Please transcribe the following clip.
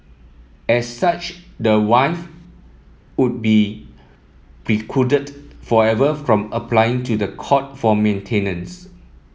as such the wife would be precluded forever from applying to the court for maintenance